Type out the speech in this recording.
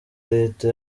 leta